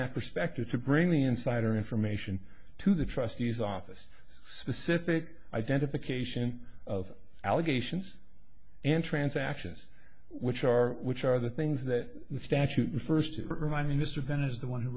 that perspective to bring the insider information to the trustees office specific identification of allegations and transactions which are which are the things that the statute first it remind me mr bennett is the one who